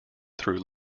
through